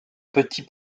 petits